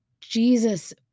Jesus